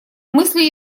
мысли